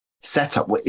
setup